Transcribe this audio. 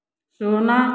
ଶୂନ